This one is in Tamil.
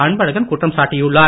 அன்பழகன் குற்றம் சாட்டியுள்ளார்